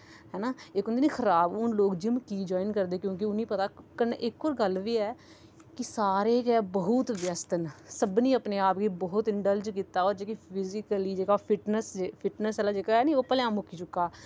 हैना इक होंदी निं खराक हून लोक जिम की जाईन करदे क्योंकि उनें पता कन्नै इक होर गल्ल बी ऐ की सारे गै बोह्त ब्यसत न सबने अपने आप गी बोह्त इंडलज कीता होर जेह्का फिजीकली फिटनैस आह्ला जेह्का ऐ नी ओह् भलेआं मुक्की चुका